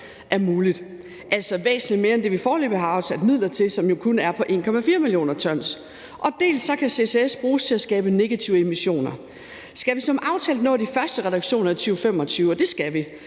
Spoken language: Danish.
er muligt, altså væsentlig mere end det, vi foreløbig har afsat midler til, som jo kun er 1,4 mio. t. Dels kan CCS bruges til at skabe negative emissioner. Skal vi som aftalt nå de første reduktioner i 2025, og det skal vi,